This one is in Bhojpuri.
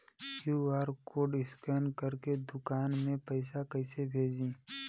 क्यू.आर कोड स्कैन करके दुकान में पैसा कइसे भेजी?